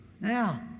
Now